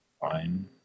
fine